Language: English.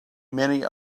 many